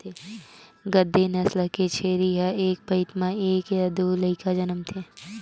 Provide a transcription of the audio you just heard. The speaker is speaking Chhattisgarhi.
गद्दी नसल के छेरी ह एक पइत म एक य दू लइका जनमथे